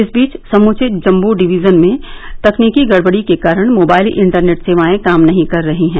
इस बीच समूचे जम्मू डिवीजन में तकनीकी गड़बड़ी के कारण मोबाइल इंटरनेट सेवाएं काम नहीं कर रही हैं